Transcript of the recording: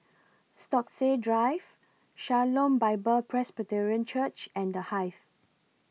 Stokesay Drive Shalom Bible Presbyterian Church and The Hive